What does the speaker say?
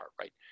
right